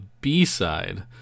b-side